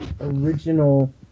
original